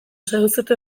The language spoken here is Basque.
seduzitu